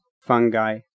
fungi